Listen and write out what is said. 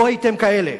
לא הייתם כאלה.